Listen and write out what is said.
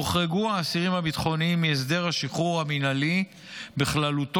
הוחרגו האסירים הביטחוניים מהסדר השחרור המינהלי בכללותו,